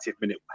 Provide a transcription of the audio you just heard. minute